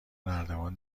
نردبان